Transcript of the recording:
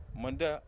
manda